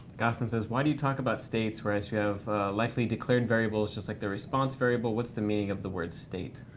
gossen says, why do you talk about states whereas you have likely declared variables just like the response variable. what's the meaning of the word state?